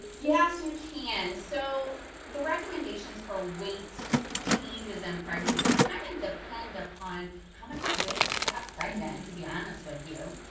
yes, you can so the recommendation for weight changes in pregnancy kind of depend upon how much you weighed when you got pregnant to be honest with you.